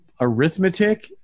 arithmetic